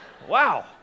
wow